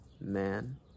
man